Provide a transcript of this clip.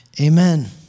Amen